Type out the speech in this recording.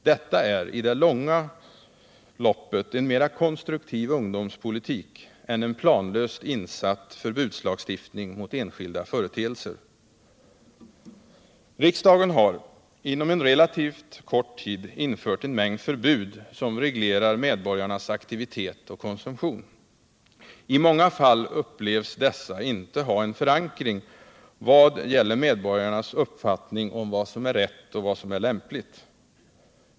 Detta är i det långa loppet en mera konstruktiv ungdomspolitik än en planlöst insatt förbudslagstiftning mot enskilda Riksdagen har inom en relativt kort tid infört en mängd förbud som Fredagen den reglerar medborgarnas aktivitet och konsumtion. I många fall upplevs dessa 14 april 1978 inte ha en förankring vad gäller medborgarnas uppfattning om vad som är rätt och vad som är lämpligt.